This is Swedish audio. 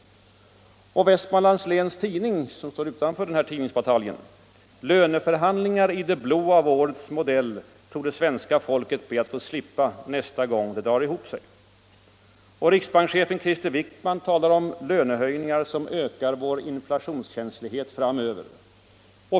Och Vestmanlands Läns Tidning, som står utanför den här tidningsbataljen: ”Löneförhandlingar i det blå av årets modell torde svenska folket be att få slippa nästa gång det drar ihop sig.” Riksbankschefen Krister Wickman talar om ”lönehöjningar som ökar vår inflationskänslighet framöver”.